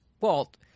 Walt